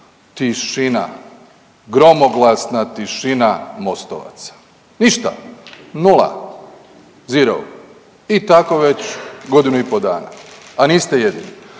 tišina, gromoglasna tišina MOST-ovaca. Ništa, nula, zero i tako godinu i pol dana, a niste jedini,